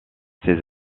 ses